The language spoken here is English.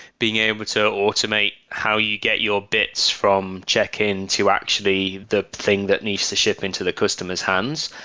being able to automate how you get your bits from check in to actually the thing that needs to ship into the customer s hands.